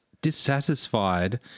dissatisfied